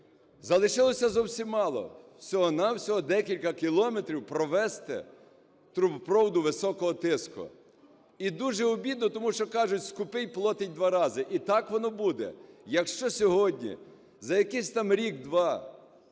Залишилося зовсім мало - всього-на-всього декілька кілометрів провести трубопроводу високого тиску. І дуже обідно, тому що кажуть: скупий платить два рази. І так воно буде. Якщо сьогодні, за якийсь там рік-два